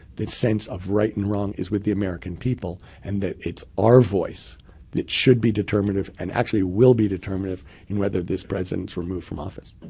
that sense of right and wrong is with the american people. and that it's our voice that should be determinative and actually will be determinative in whether this president's removed from office.